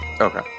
Okay